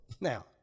Now